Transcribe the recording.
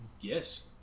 Yes